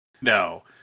no